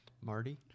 Marty